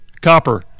Copper